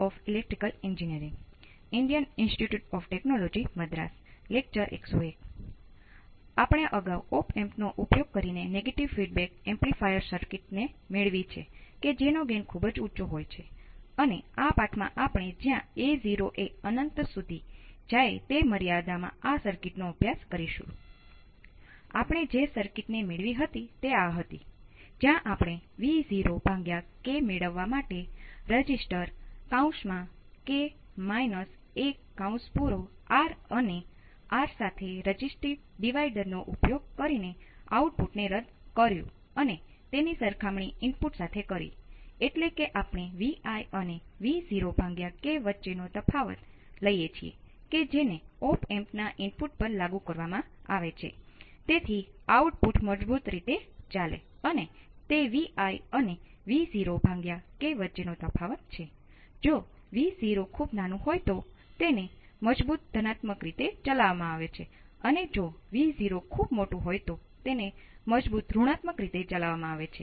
આ પાઠમાં આપણે બીજી ઉદાહરણ સર્કિટ જોઈએ છીએ જે ઓપ એમ્પ નું સંશ્લેષણ કરવા માટે છે